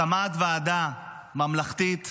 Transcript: הקמת ועדה ממלכתית